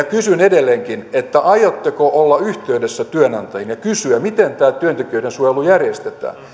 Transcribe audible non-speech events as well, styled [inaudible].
[unintelligible] kysyn edelleenkin aiotteko olla yhteydessä työnantajiin ja kysyä miten tämä työntekijöiden suojelu järjestetään